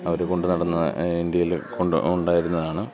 അവർ കൊണ്ടു നടന്ന ഇന്ത്യയിൽ കൊണ്ടു ഉണ്ടായിരുന്നതാണ്